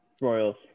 Royals